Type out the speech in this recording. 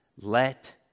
Let